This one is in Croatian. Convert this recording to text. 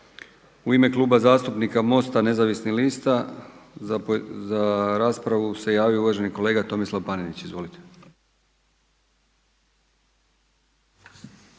Uime Kluba zastupnika MOST-a Nezavisnih lista za raspravu se javio uvaženi kolega Tomislav Panenić. Izvolite.